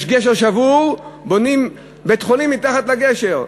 יש גשר שבור, בונים בית-חולים מתחת לגשר.